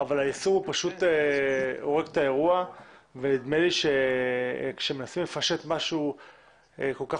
אבל זה הורג את האירוע ונדמה לי שכאשר מנסים לפשט משהו כל כך